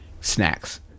snacks